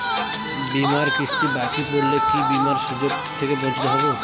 বিমার কিস্তি বাকি পড়লে কি বিমার সুযোগ থেকে বঞ্চিত হবো?